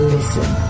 Listen